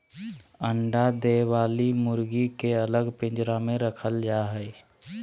अंडा दे वली मुर्गी के अलग पिंजरा में रखल जा हई